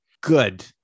Good